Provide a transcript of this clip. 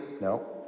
No